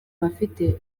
bafite